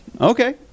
okay